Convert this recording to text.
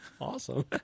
Awesome